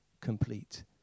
complete